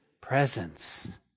presence